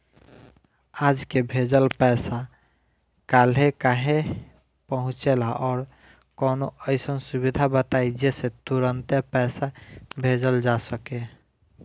आज के भेजल पैसा कालहे काहे पहुचेला और कौनों अइसन सुविधा बताई जेसे तुरंते पैसा भेजल जा सके?